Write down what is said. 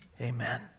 Amen